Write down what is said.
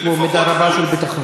יש בו מידה רבה של ביטחון.